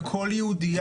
בבקשה.